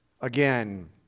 again